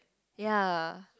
ya